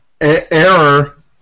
Error